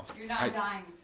you're not dying,